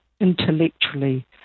intellectually